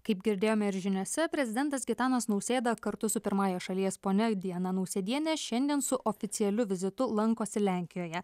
kaip girdėjome ir žiniose prezidentas gitanas nausėda kartu su pirmąja šalies ponia diana nausėdiene šiandien su oficialiu vizitu lankosi lenkijoje